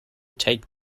take